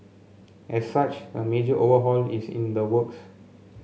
as such a major overhaul is in the works